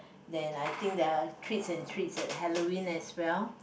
then I think the tricks and treats at Halloween as well